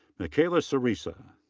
makayla ceresa.